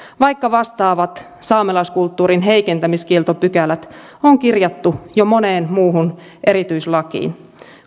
vaikka vastaavat saamelaiskulttuurin heikentämiskieltopykälät on kirjattu jo moneen muuhun erityislakiin